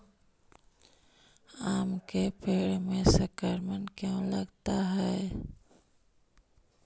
आम के पेड़ में संक्रमण क्यों लगता है?